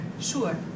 sure